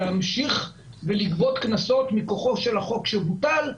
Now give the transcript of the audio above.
להמשיך ולגבות קנסות מכוחו של החוק שבוטל,